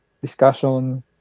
discussion